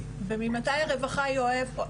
וממתי הרווחה היא אויב העם?